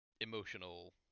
emotional